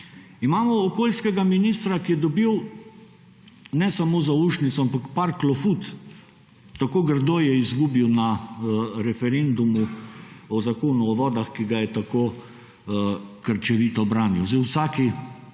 Imamo okoljskega ministra, ki je dobil ne samo zaušnico, ampak par klofut, tako grdo je izgubil na referendumu o Zakonu o vodah, ki ga je tako krčevito branil. V vsaki